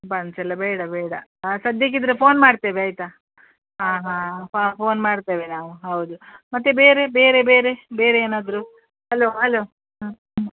buns ಎಲ್ಲ ಬೇಡ ಬೇಡ ಹಾಂ ಸದ್ಯಕ್ಕೆ ಇದ್ದರೆ ಫೋನ್ ಮಾಡ್ತೇವೆ ಆಯಿತಾ ಹಾಂ ಹಾಂ ಪಾ ಫೋನ್ ಮಾಡ್ತೇವೆ ನಾವು ಹೌದು ಮತ್ತು ಬೇರೆ ಬೇರೆ ಬೇರೆ ಬೇರೆ ಏನಾದರೂ ಹಲೋ ಅಲೋ ಹಾಂ ಹ್ಞೂ